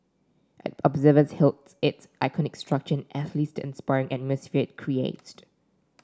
observers hailed its iconic structure and athletes the inspiring atmosphere it creates